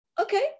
okay